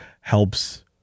helps